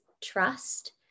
trust